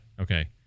okay